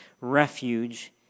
refuge